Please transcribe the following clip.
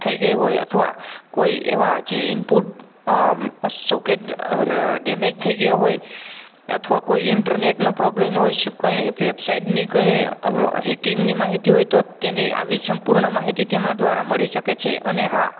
થઇ ગઈ હોય અથવા કોઇ એવા જે ઇનપુટ અ સૉકેટ અર ડેમેજ થઈ ગયા હોય અથવા કોઇ ઇન્ટરનેટનો પ્રૉબ્લેમ હોય કોઈ વૅબસાઇટની કંઈ હેકિંગની માહિતી હોય તો તેની આવી સંપૂર્ણ માહિતી તેનાં દ્વારા મળી શકે છે અને હા